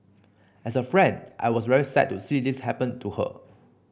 as a friend I was very sad to see this happen to her